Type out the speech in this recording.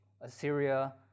Assyria